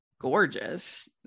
gorgeous